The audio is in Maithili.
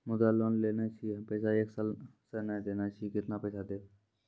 मुद्रा लोन लेने छी पैसा एक साल से ने देने छी केतना पैसा देब?